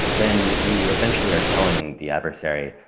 then you essentially are telling the adversary,